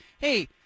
hey